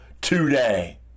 today